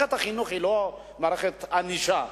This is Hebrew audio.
מערכת החינוך היא לא מערכת ענישה,